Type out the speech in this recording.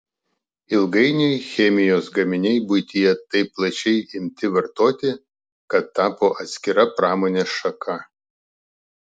ilgainiui chemijos gaminiai buityje taip plačiai imti vartoti kad tapo atskira pramonės šaka